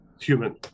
Human